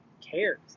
cares